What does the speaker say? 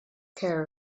care